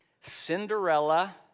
Cinderella